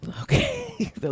Okay